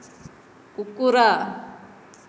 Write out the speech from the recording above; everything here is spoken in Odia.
କୁକୁର